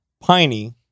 piney